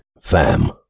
fam